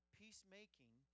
peacemaking